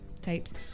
tapes